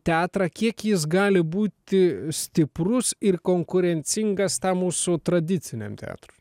teatrą kiek jis gali būti stiprus ir konkurencingas tą mūsų tradiciniam teatrui